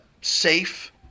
safe